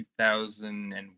2001